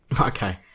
Okay